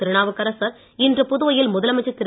திருநாவுக்கரசர் இன்று புதுவையில் முதலமைச்சர் திரு